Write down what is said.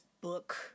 book